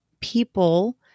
people